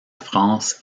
france